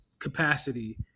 capacity